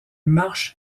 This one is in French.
marches